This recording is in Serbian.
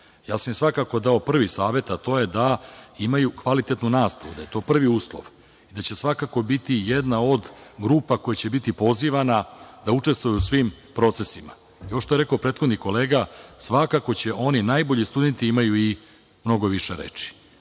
Ja sam im svakako dao prvi savet, a to je da imaju kvalitetnu nastavu. Da je to prvi uslov, da će svakako biti jedna od grupa koja će biti pozivana da učestvuje u svim procesima. Ono što je rekao kolega, svakako će oni najbolji studenti imati mnogo više reči. Mi